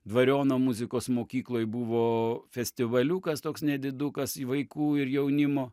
dvariono muzikos mokykloj buvo festivaliukas toks nedidukas į vaikų ir jaunimo